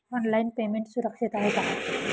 Online payment सुरक्षित आहे का?